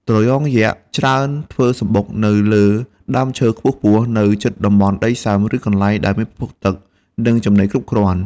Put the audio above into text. ត្រយងយក្សច្រើនធ្វើសម្បុកនៅលើ ដើមឈើខ្ពស់ៗ នៅជិតតំបន់ដីសើម ឬកន្លែងដែលមានប្រភពទឹក និងចំណីគ្រប់គ្រាន់។